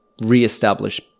reestablish